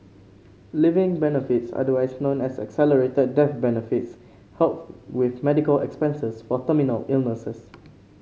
living benefits otherwise known as accelerated death benefits help with medical expenses for terminal illnesses